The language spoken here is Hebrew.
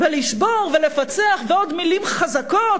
ולשבור ולפצח ועוד מלים חזקות.